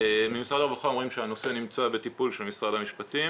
ממשרד הרווחה אומרים שהנושא נמצא בטיפול של משרד המשפטים